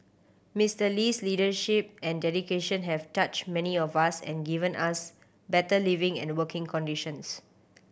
Mister Lee's leadership and dedication have touched many of us and given us better living and working conditions